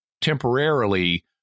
temporarily